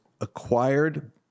acquired